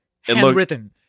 Handwritten